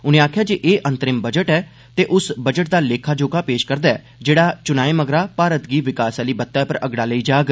उनें आक्खेआ जे एह् अंतरिम बजट ऐ ते उस बजट दा लेखा जोखा पेष करदा ऐ जेड़ा चुनाएं मगरा भारत गी विकास आली वत्ता उप्पर अगड़ा लेई जाग